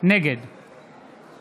נגד